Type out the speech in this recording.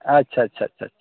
ᱟᱪᱪᱷᱟ ᱪᱷᱟ ᱪᱷᱟ ᱪᱷᱟ